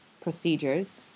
procedures